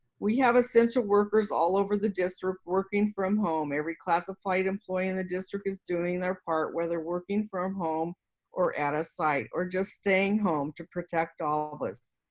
we have essential workers all over the district working from home every classified employee in the district is doing their part whether working from home or at a site or just staying home to protect all of us.